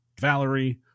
valerie